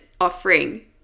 offering